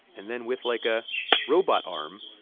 and then with, like, a robot arm,